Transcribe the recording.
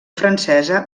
francesa